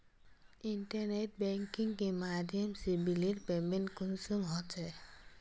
Internet banking के माध्यम से बिलेर पेमेंट कुंसम होचे?